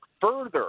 further